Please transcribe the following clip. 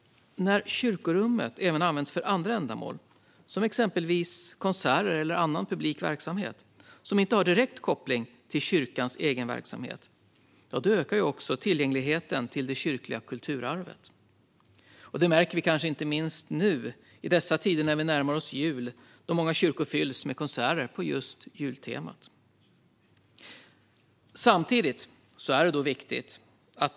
När kyrkorummet även används för andra ändamål, exempelvis för konserter eller annan publik verksamhet, som inte har direkt koppling till kyrkans egen verksamhet ökar det tillgängligheten till det kyrkliga kulturarvet. Det märker vi inte minst i dessa tider då vi närmar oss jul. Många kyrkor fylls nu med konserter på jultemat.